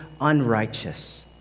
unrighteous